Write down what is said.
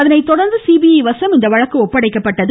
அதனை தொடர்ந்து சிபிஐ வசம் இந்த வழக்கு ஒப்படைக்கப்பட்டது